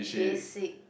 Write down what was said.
basic